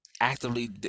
actively